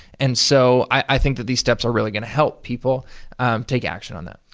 and so, i think that these steps are really gonna help people take action on them.